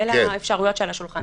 אלה האפשרויות שעל השולחן.